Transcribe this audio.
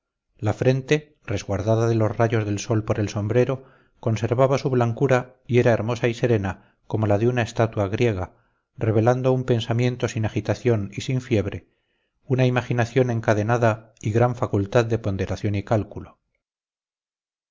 la frente resguardada de los rayos del sol por el sombrero conservaba su blancura y era hermosa y serena como la de una estatua griega revelando un pensamiento sin agitación y sin fiebre una imaginación encadenada y gran facultad de ponderación y cálculo